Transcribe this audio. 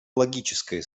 логическое